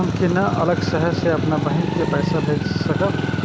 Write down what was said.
हम केना अलग शहर से अपन बहिन के पैसा भेज सकब?